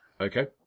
Okay